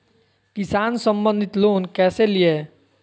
किसान संबंधित लोन कैसै लिये?